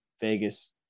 Vegas